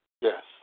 Yes